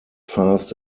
fast